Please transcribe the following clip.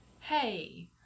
Hey